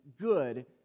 good